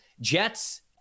Jets